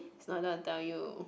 is not don't want tell you